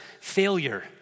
failure